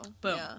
Boom